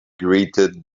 greeted